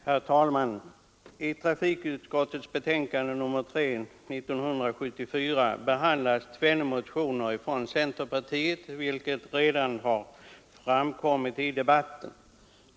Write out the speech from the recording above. Herr talman! I trafikutskottets betänkande nr 3 år 1974 behandlas tvenne motioner från centerpartiet, vilket redan har framgått av debatten.